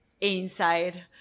inside